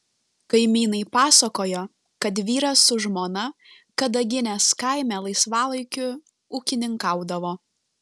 kaimynai pasakojo kad vyras su žmona kadaginės kaime laisvalaikiu ūkininkaudavo